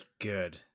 good